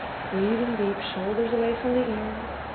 breathing deep, shoulders away from the ear.